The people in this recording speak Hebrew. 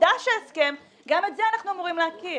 חוּדש ההסכם גם את זה אנחנו אמורים להכיר.